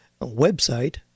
website